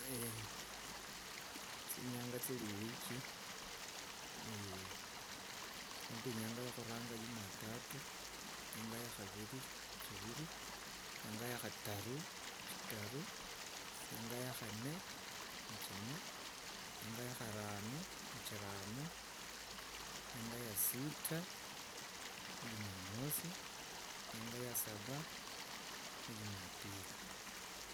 chinyanga cheri- i- wikii huri nende enyanga ya khuranga, jumatatu, enyanga ya khabiri, chibiri, nyanga ya khataru, chitaru, nyanga ya kha- nne, chinne, nyanga ya kharano, chirano, nyanga ya sita, jumamosi, nyanga ya saba, jumapili.